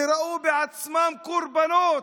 שראו בעצמם קורבנות,